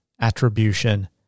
Attribution